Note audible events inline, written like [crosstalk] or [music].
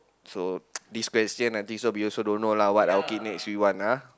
so this question [noise] I think so we also don't know what lah okay next we want ah